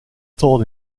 told